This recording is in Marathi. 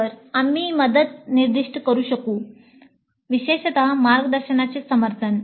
तर आम्ही मदत निर्दिष्ट करू शकू विशेषतः मार्गदर्शकाचे समर्थन